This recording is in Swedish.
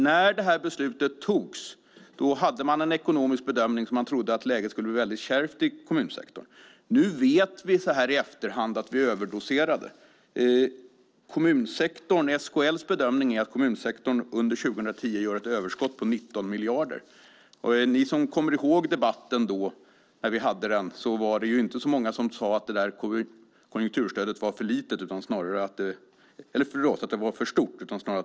När beslutet fattades gjorde vi en ekonomisk bedömning att läget skulle bli väldigt kärvt i kommunsektorn. Nu vet vi så här i efterhand att vi överdoserade. SKL:s bedömning är att kommunsektorn under 2010 får ett överskott på 19 miljarder. Och ni som kommer ihåg debatten som vi hade då vet att det inte var så många som sade att konjunkturstödet var för stort utan snarare att det var för litet.